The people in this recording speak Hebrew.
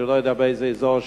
אני לא יודע מאיזה אזור,